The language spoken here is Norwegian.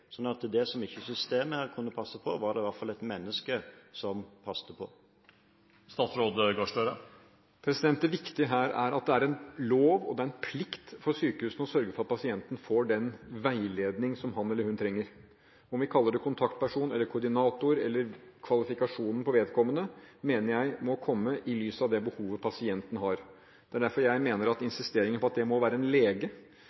sånn at det som systemet ikke kan passe på, er det i alle fall et menneske som passer på? Det viktige her er at det er en lov, og at det er en plikt for sykehusene å sørge for at pasienten får den veiledning som han eller hun trenger. Om vi kaller det en kontaktperson eller en koordinator – eller hvilken kvalifikasjon vedkommende har – mener jeg må ses i lys av det behovet pasienten har. Derfor mener jeg at hvorvidt det må være en lege – at